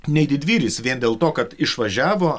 nei didvyris vien dėl to kad išvažiavo